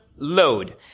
load